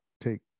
take